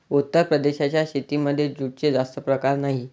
उत्तर प्रदेशाच्या शेतीमध्ये जूटचे जास्त प्रकार नाही